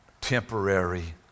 temporary